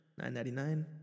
999